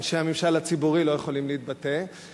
אנשי הממשל הציבורי לא יכולים להתבטא,